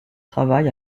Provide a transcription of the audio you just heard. travail